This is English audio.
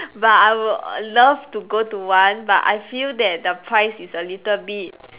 but I would love to go to one but I feel that the price is a little bit